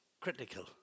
critical